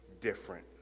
different